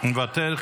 מוותר,